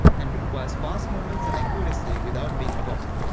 and requires fast moments and accuracy without being caught.